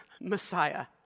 Messiah